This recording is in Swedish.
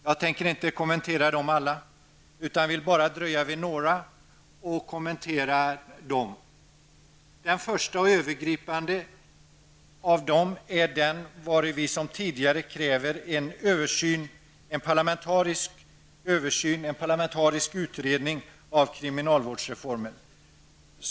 Jag tänker inte kommentera dem alla utan vill bara dröja vid några av dem och kommentera dessa. Den första och övergripande är den i vilken vi, liksom tidigare, kräver en parlamentarisk utredning och en översyn av kriminalvårdsreformen.